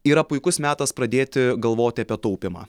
yra puikus metas pradėti galvoti apie taupymą